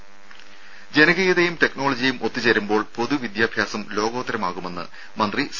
രും ജനകീയതയും ടെക്നോളജിയും ഒത്തുചേരുമ്പോൾ പൊതു വിദ്യാഭ്യാസം ലോകോത്തരമാകുമെന്ന് മന്ത്രി സി